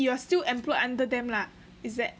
you are still employed under them lah is it